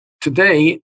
Today